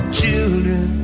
children